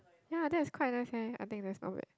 ya that is quite nice eh I think that is not bad